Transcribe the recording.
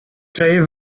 krije